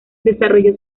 desarrolló